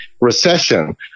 recession